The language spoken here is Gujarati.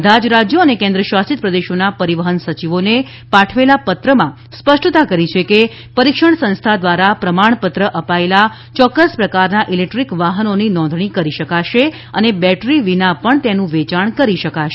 બધા જ રાજ્યો અને કેન્દ્ર શાસિત પ્રદેશોના પરિવહન સચિવોને પાઠવેલા પત્રમાં સ્પષ્ટતા કરી છે કે પરિક્ષણ સંસ્થા દ્વારા પ્રમાણ પત્ર અપાયેલા યોક્કસ પ્રકારના ઇલેક્ટ્રીક વાહનોની નોંધણી કરી શકાશે અને બેટરી વિના પણ તેનું વેચાણ કરી શકાશે